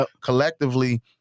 collectively